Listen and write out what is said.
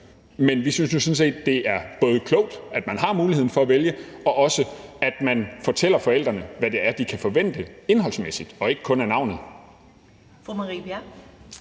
Men vi synes jo sådan set, det er klogt, at man både har muligheden for at vælge, og at man også fortæller forældrene, hvad det er, de kan forvente indholdsmæssigt og ikke kun af navnet.